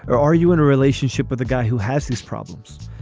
are are you in a relationship with a guy who has this problems?